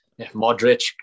Modric